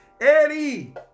Eddie